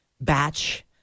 batch